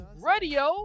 Radio